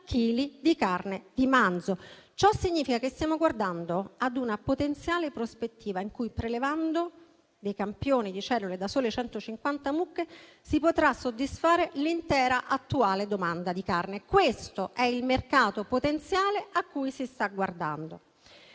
di carne di manzo: ciò significa che stiamo guardando ad una potenziale prospettiva per cui, prelevando dei campioni di cellule da sole 150 mucche, si potrà soddisfare l'intera attuale domanda di carne. Questo è il mercato potenziale cui si sta guardando.